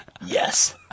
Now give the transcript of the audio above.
Yes